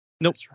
nope